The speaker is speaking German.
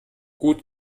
gut